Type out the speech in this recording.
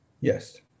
Yes